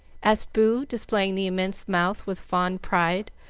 asked boo, displaying the immense mouth with fond pride,